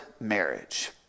marriage